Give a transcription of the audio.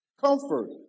Comfort